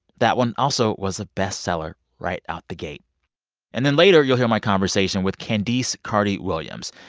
that one also was a bestseller right out the gate and then later, you'll hear my conversation with candice carty-williams.